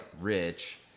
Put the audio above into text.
rich